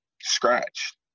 scratch